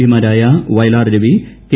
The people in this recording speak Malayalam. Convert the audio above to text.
പിമാരായ വയലാർ രവി കെ